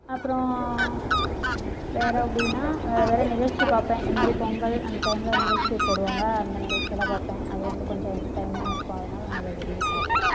அப்புறம் வேறு எப்படின்னா வேறு வேறு நிகழ்ச்சி பார்ப்பேன் இந்த மாதிரி பொங்கல் அந்த டைமில் நிகழ்ச்சி போடுவாங்க அந்த நிகழ்ச்சியெல்லாம் பார்ப்பேன் அது வந்து கொஞ்சம் எண்டர்டெயினாக இருக்கும் அதனால நான் அதை விரும்பி பார்ப்பேன்